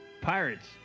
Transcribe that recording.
Pirates